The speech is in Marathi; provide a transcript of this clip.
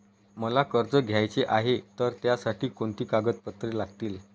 मला कर्ज घ्यायचे आहे तर त्यासाठी कोणती कागदपत्रे लागतील?